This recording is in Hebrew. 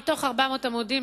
מתוך 400 עמודים,